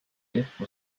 depo